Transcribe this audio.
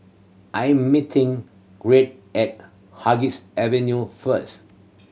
I am meeting Gregg at Avenue first